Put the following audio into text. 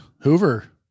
Hoover